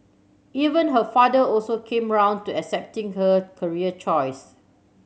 even her father also came round to accepting her career choice